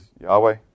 Yahweh